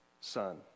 son